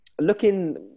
looking